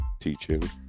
teaching